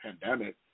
pandemic